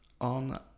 on